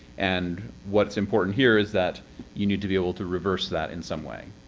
and what's important here is that you need to be able to reverse that in some way.